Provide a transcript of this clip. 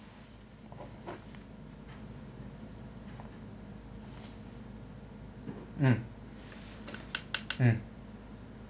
mm mm